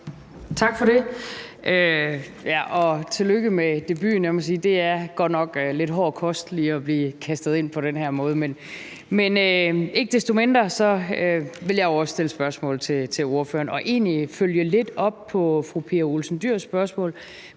Tak for det, og ja, tillykke med debuten. Jeg må sige, at det godt nok er lidt hård kost lige at blive kastet ind på den her måde. Men ikke desto mindre vil jeg jo også stille spørgsmål til ordføreren og egentlig følge lidt op på fru Pia Olsen Dyhrs spørgsmål,